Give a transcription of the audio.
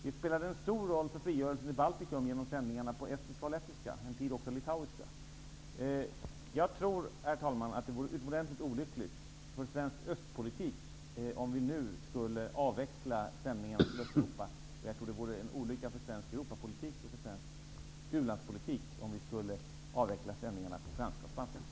Vi spelade en stor roll för frigörelsen i Baltikum genom sändningarna på estniska och lettiska och en tid också på litauiska. Jag tror, herr talman, att det vore utomordentligt olyckligt för svensk östpolitik om vi nu skulle avveckla sändningarna för Östeuropa. Jag tror att det vore en olycka för svensk Europapolitik och för svensk u-landspolitik om vi skulle avveckla sändningarna på franska och spanska.